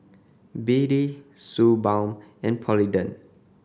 B D Suu Balm and Polident